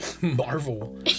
Marvel